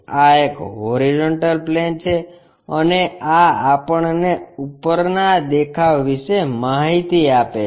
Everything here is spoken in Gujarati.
આ એક હોરીઝોન્ટલ પ્લેન છે અને આ આપણને ઉપરના દેખાવ વિષે માહિતી આપે છે